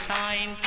sign